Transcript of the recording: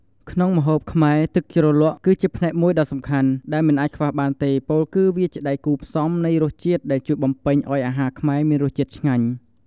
ក្នុងម្ហូបខ្មែរ ទឹកជ្រលក់គឺជាផ្នែកមួយដ៏សំខាន់ ដែលមិនអាចខ្វះបានទេ ពោលគឺវាជាដៃគូរផ្សំនៃរសជាតិ ដែលជួយបំពេញឲ្យអាហារខ្មែរមានរសជាតិឆ្ងាញ់។